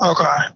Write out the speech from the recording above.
Okay